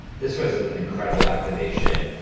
this was an incredible activation,